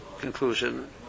conclusion